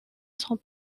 sont